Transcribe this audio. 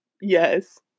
Yes